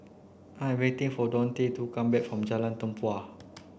I'm waiting for Dante to come back from Jalan Tempua